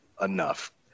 enough